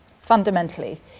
fundamentally